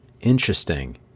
Interesting